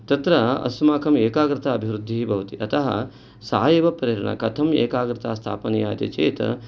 तत्र अस्माकं एकाग्रता अभिवृद्धिः भवति अतः सा एव प्रेरणा कथम् एकाग्रता स्थापनीया इति चेत्